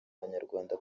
abanyarwanda